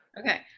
okay